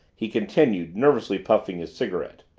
he continued, nervously puffing his cigarette.